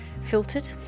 filtered